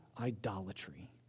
idolatry